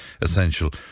essential